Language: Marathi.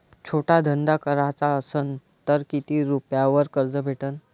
छोटा धंदा कराचा असन तर किती रुप्यावर कर्ज भेटन?